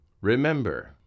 remember